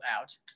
out